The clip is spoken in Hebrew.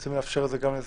רוצים לאפשר גם את זה.